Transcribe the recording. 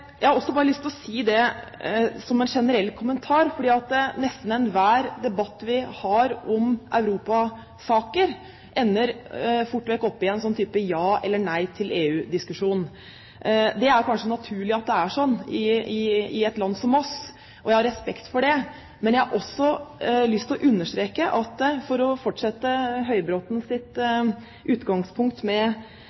å si dette som en generell kommentar, for nesten enhver debatt som vi har om Europa-saker, ender fort vekk opp i en type ja eller nei til EU-diskusjon. Det er kanskje naturlig at det er slik i et land som vårt. Jeg har respekt for det. Men jeg har også lyst til å understreke – for å fortsette